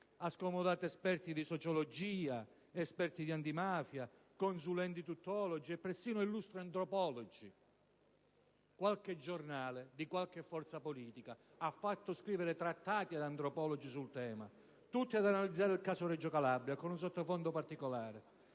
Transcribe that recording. Ha scomodato esperti di sociologia, di antimafia, consulenti tuttologi e perfino illustri antropologi (qualche giornale di qualche forza politica ha fatto scrivere sul tema trattati ad antropologi): tutti ad analizzare il caso Reggio Calabria con un sottofondo particolare: